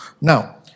Now